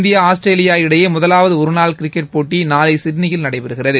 India Australia இடையே முதலாவது ஒருநாள் கிரிக்கெட் போட்டி நாளை சிட்னியில் வ நடைபெறுகிறது